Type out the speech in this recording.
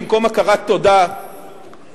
במקום הכרת תודה זכית,